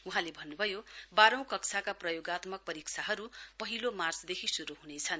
वहाँले भन्नुभयो बाह्रौं कक्षाका प्रयोगात्मक परीक्षाहरू पहिलो मार्चदेखि श्रु ह्नेछन्